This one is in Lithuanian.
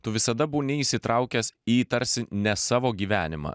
tu visada būni įsitraukęs į tarsi ne savo gyvenimą